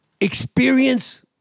experience